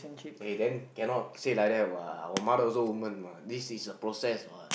eh then cannot say like that [what] our mother also woman [what] this is a process [what]